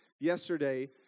yesterday